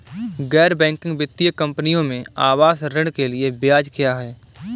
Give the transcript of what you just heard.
गैर बैंकिंग वित्तीय कंपनियों में आवास ऋण के लिए ब्याज क्या है?